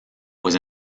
was